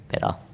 better